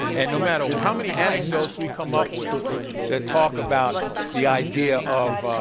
and no matter how many anecdotes we come up with that talk about the idea of